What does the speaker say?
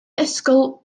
ysgol